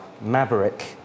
maverick